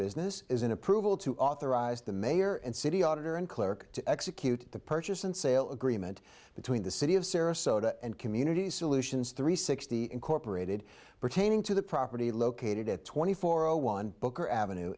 business is an approval to authorize the mayor and city auditor and clerk to execute the purchase and sale agreement between the city of sarasota and community solutions three sixty incorporated pertaining to the property located at twenty four zero one book or avenue